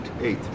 Eight